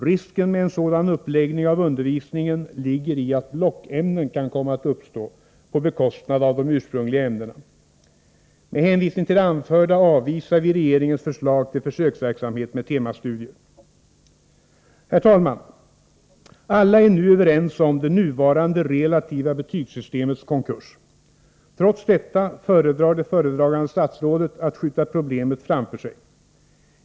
Risken med en sådan uppläggning av undervisningen ligger i att blockämnen kan komma att uppstå på bekostnad av de ursprungliga ämnena. Med hänvisning till det anförda avvisar vi regeringens förslag till försöksverksamhet med temastudier. Herr talman! Alla är numera överens om det nuvarande relativa betygssystemets konkurs. Trots detta föredrar föredragande statsrådet att skjuta problemet framför sig.